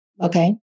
Okay